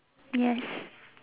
yes